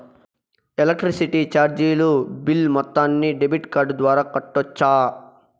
Electricity చార్జీలు bill మొత్తాన్ని debit card ద్వారా కట్టొచ్చా?